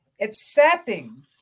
Accepting